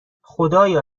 خدایا